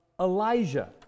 Elijah